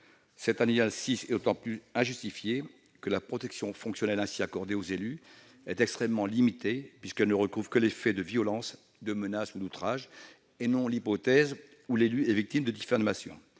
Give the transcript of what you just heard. Cet alinéa est d'autant plus injustifié que la protection fonctionnelle ainsi accordée aux élus est extrêmement limitée, puisqu'elle ne recouvre que les faits de violences, de menaces ou d'outrages, et non l'hypothèse où l'élu est victime de diffamation.